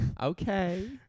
Okay